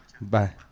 Bye